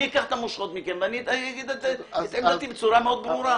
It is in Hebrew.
אני אקח את המושכות מכם ואני אגיד את עמדתי בצורה מאוד ברורה.